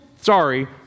sorry